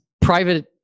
private